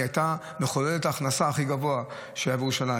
היא הייתה מחוללת ההכנסה הכי גבוהה שהייתה בירושלים.